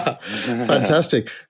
Fantastic